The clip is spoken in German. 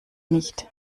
nicht